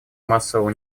массового